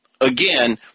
again